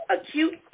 acute